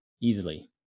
Easily